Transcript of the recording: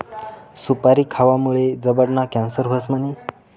सुपारी खावामुये जबडाना कॅन्सर व्हस म्हणे?